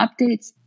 updates